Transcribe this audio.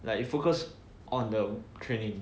like you focus on the training